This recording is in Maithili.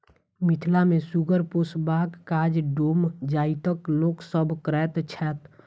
मिथिला मे सुगर पोसबाक काज डोम जाइतक लोक सभ करैत छैथ